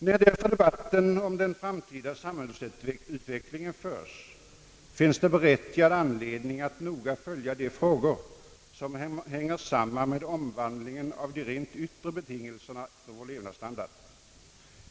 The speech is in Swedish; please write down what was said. När därför debatten om den framtida samhällsutvecklingen förs, finns det berättigad anledning att noga följa de frågor som hänger samman med omvåndlingen av de rent yttre betingelserna för vår levnadsstandard.